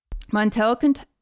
Montel